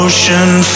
Ocean